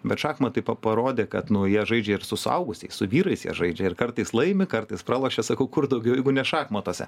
bet šachmatai pa parodė kad nu jie žaidžia ir su suaugusiais su vyrais jie žaidžia ir kartais laimi kartais pralošia sako kur daugiau jeigu ne šachmatuose